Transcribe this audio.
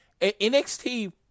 NXT